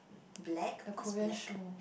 black what's black